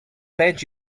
bench